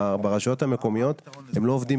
ברשויות המקומיות הם לא עובדים